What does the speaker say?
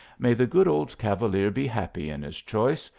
may the good old cavalier be happy in his choice,